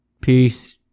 Peace